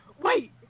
Wait